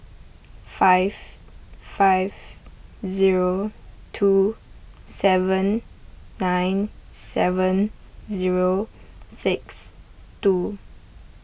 five five zero two seven nine seven zero six two